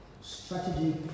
Strategy